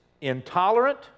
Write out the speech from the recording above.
intolerant